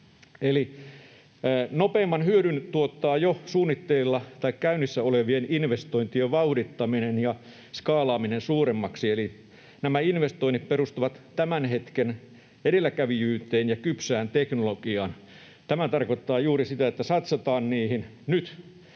Eli nopeimman hyödyn tuottaa jo suunnitteilla tai käynnissä olevien investointien vauhdittaminen ja skaalaaminen suuremmaksi, eli nämä investoinnit perustuvat tämän hetken edelläkävijyyteen ja kypsään teknologiaan. Tämä tarkoittaa juuri sitä, että satsataan niihin nyt